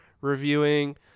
reviewing